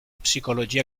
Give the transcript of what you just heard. psicologia